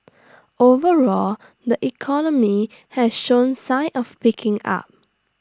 overall the economy has shown sign of picking up